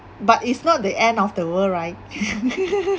but it's not the end of the world right